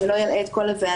אני לא אלאה את כל הוועדה,